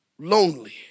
lonely